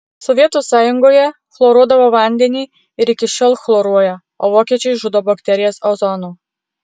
sovietų sąjungoje chloruodavo vandenį ir iki šiol chloruoja o vokiečiai žudo bakterijas ozonu